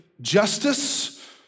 justice